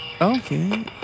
okay